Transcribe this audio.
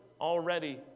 already